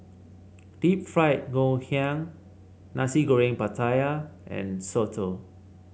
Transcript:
Deep Fried Ngoh Hiang Nasi Goreng Pattaya and soto